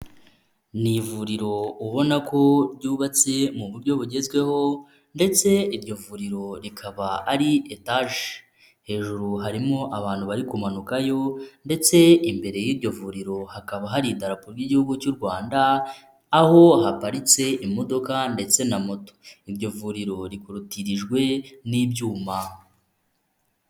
Ni ivuriro ubona ko ryubatse mu buryo bugezweho ndetse iryo vuriro rikaba ari etage, hejuru harimo abantu bari kumanuka yo ndetse imbere y'iryo vuriro hakaba hari itarapo ry'igihugu cy'u Rwanda, aho haparitse imodoka ndetse na moto, iryo vuriro rikorukitirijwe n'ibyuma.